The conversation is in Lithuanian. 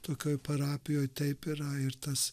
tokioj parapijoj taip yra ir tas